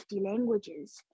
languages